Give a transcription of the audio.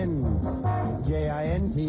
J-I-N-T